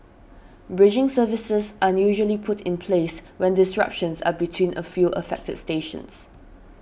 bridging services are usually put in place when disruptions are between a few affected stations